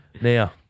Now